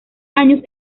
años